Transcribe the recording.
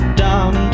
dumb